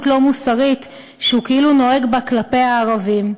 לא מוסרית שהוא כאילו נוהג בה כלפי הערבים,